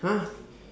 !huh!